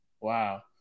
Wow